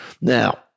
Now